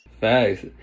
Facts